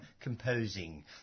composing